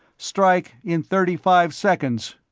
strike in thirty-five seconds.